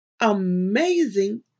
amazing